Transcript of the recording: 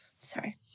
Sorry